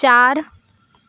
चार